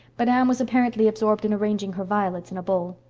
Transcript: but anne was apparently absorbed in arranging her violets in a bowl.